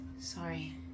Sorry